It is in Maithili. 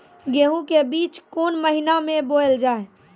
गेहूँ के बीच कोन महीन मे बोएल जाए?